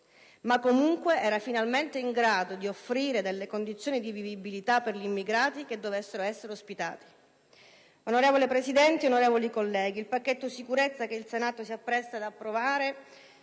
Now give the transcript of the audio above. ma comunque era finalmente in grado di offrire delle condizioni di vivibilità per gli immigrati che dovessero essere ospitati. Onorevole Presidente, onorevoli colleghi, il pacchetto sicurezza che il Senato si appresta ad approvare